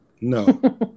no